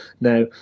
now